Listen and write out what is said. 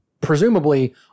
presumably